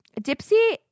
Dipsy